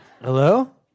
Hello